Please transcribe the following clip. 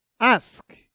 Ask